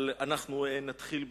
אבל נתחיל בזה.